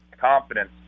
Confidence